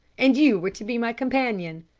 and you were to be my companion.